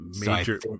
Major